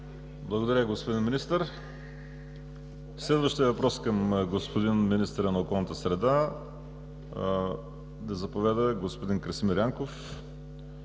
Благодаря, господин Министър. Следващият въпрос към господин министъра на околната среда и водите е от господин Красимир Янков